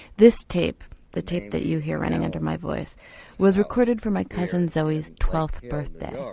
this tape that tape that you hear running under my voice was recorded for my cousin zoe's twelfth birthday.